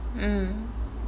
mm